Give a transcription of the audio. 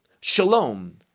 Shalom